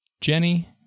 Jenny